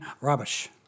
rubbish